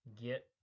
get